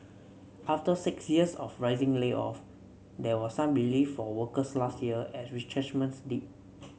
after six years of rising layoff there was some relief for workers last year as retrenchments dipped